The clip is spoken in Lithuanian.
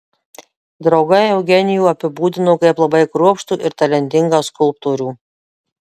draugai eugenijų apibūdino kaip labai kruopštų ir talentingą skulptorių